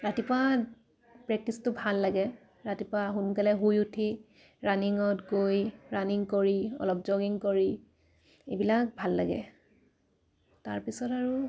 ৰাতিপুৱা প্ৰেক্টিছটো ভাল লাগে ৰাতিপুৱা সোনকালে শুই উঠি ৰানিঙত গৈ ৰানিং কৰি অলপ জগিং কৰি এইবিলাক ভাল লাগে তাৰপিছত আৰু